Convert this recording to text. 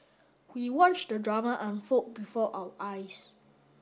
we watched the drama unfold before our eyes